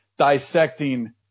dissecting